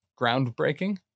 groundbreaking